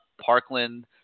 Parkland